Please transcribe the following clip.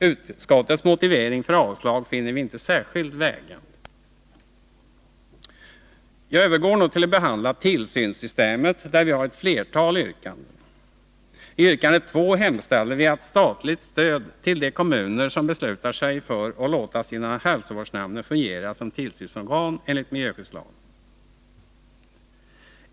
Utskottets motivering för avslag finner vi inte särskilt vägande. Jag övergår nu till att behandla tillsynssystemet, där vi också har flera yrkanden. I yrkande nr 2 hemställer vi om statligt stöd till de kommuner som beslutar sig för att låta sina hälsovårdsnämnder fungera som tillsynsorgan enligt miljöskyddslagen.